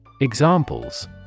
Examples